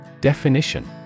Definition